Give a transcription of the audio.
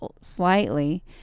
slightly